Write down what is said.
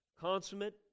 Consummate